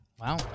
Wow